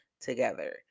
together